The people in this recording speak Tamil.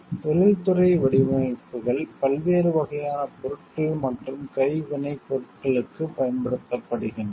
தொழில்துறை வடிவமைப்புகள் பல்வேறு வகையான பொருட்கள் மற்றும் கைவினைப்பொருட்களுக்கு பயன்படுத்தப்படுகின்றன